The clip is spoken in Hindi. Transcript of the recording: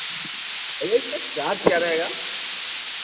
भैया इसका चार्ज़ क्या रहेगा